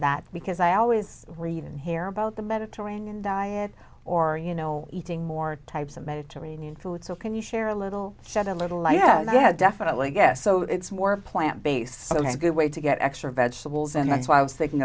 that because i always read in here about the mediterranean diet or you know eating more types of mediterranean food so can you share a little shed a little light yeah definitely i guess so it's more a plant based on a good way to get extra vegetables and that's why i was thinking